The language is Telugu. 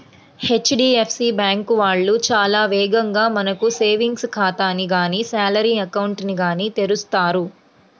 హెచ్.డీ.ఎఫ్.సీ బ్యాంకు వాళ్ళు చాలా వేగంగా మనకు సేవింగ్స్ ఖాతాని గానీ శాలరీ అకౌంట్ ని గానీ తెరుస్తారు